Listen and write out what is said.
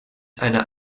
einer